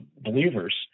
believers